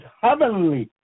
heavenly